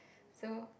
so